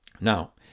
Now